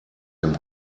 dem